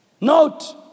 Note